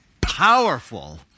powerful